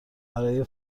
برای